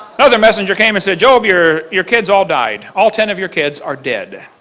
another messenger came and said, job, your your kids all died. all ten of your kids are dead.